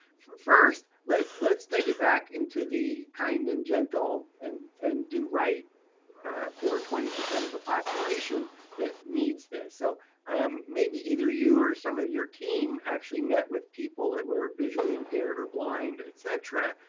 first, let's let's take it back into the kind and gentle and and do right for twenty percent of the population that needs this, so um maybe either you or some of your team actually met with people that were visually impaired or blind, et cetera,